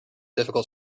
difficult